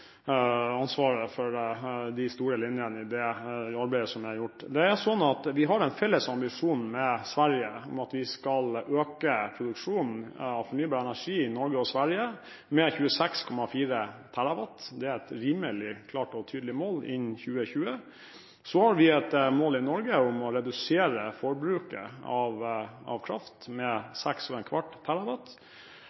ansvaret for de store linjene i det arbeidet som er gjort. Vi og Sverige har en felles ambisjon om at vi skal øke produksjonen av fornybar energi i Norge og Sverige med 26,4 TWh. Det er et rimelig klart og tydelig mål innen 2020. Så har vi et mål i Norge om å redusere forbruket av kraft med